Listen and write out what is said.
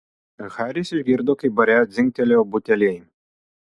haris išgirdo kaip bare dzingtelėjo buteliai